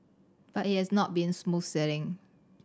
but it has not been smooth sailing